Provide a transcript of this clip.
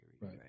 right